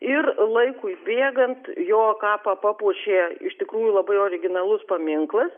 ir laikui bėgant jo kapą papuošė iš tikrųjų labai originalus paminklas